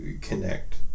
connect